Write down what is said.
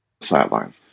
sidelines